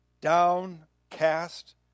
downcast